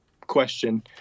question